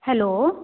hello